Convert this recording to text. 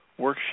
worksheet